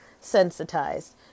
sensitized